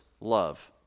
love